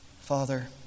Father